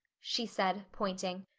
she said, pointing.